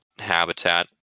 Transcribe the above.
habitat